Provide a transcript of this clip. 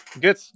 Good